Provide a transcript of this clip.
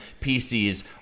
PCs